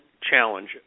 challenge